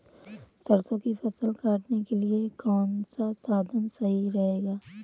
सरसो की फसल काटने के लिए कौन सा साधन सही रहेगा?